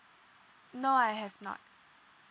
no I have not